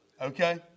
Okay